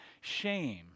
shame